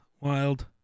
wild